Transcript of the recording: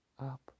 Up